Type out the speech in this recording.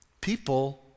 people